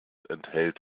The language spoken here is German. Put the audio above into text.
enthält